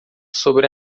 sobre